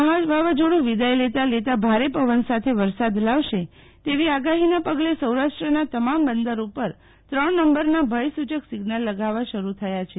મહા વાવાઝોડું વિદાય લેતા લેતા ભારે પવન સાથે વરસાદ લાવશે તેવી આગાહીનાપગલે સૌરાષ્ટ્રના તમામ બંદર ઉપર ત્રણ નંબરના ભયસૂચક સિઝ્નલ લગાવવા શરુ થયા છે